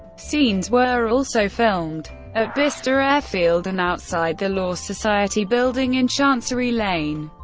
scenes were also filmed at bicester airfield and outside the law society building in chancery lane.